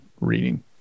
reading